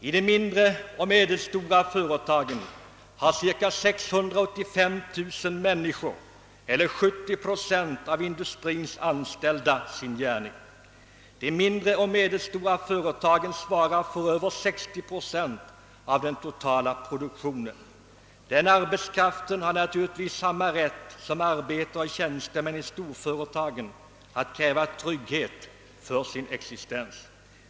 I de mindre och medelstora företagen har cirka 685000 människor eller 70 procent av industrins anställda sin gärning. De mindre och medelstora före-, tagen svarar för över 60 procent av den totala produktionen. Den arbetskraften har naturligtvis samma rätt som arbetare och tjänstemän i storföretagen att kräva trygghet i sin existens.